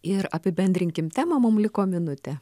ir apibendrinkim temą mum liko minutė